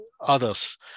others